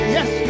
Yes